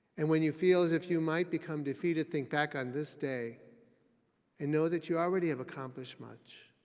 and when you feel as if you might become defeated, think back on this day and know that you already have accomplished much.